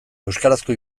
euskarazko